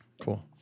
cool